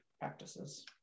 practices